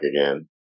again